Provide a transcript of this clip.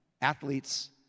Athletes